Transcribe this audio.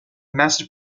master